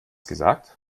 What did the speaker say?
gesagt